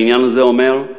בעניין הזה הוא אומר: